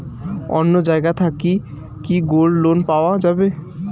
অন্য জায়গা থাকি কি গোল্ড লোন পাওয়া যাবে?